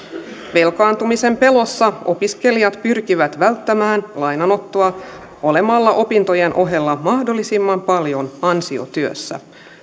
velkaantumisen pelossa opiskelijat pyrkivät välttämään lainanottoa olemalla opintojen ohella mahdollisimman paljon ansiotyössä